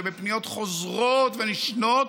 ובפניות חוזרות ונשנות,